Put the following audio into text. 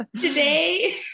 today